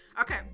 Okay